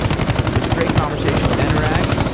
it was a great conversation with anurag.